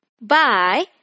Bye